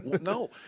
no